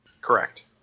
Correct